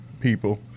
people